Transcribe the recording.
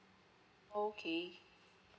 okay